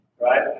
Right